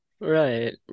right